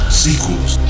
sequels